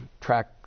track